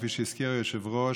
כפי שהזכיר היושב-ראש,